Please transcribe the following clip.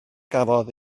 gafodd